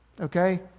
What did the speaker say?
Okay